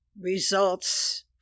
results